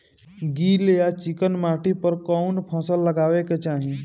गील या चिकन माटी पर कउन फसल लगावे के चाही?